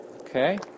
Okay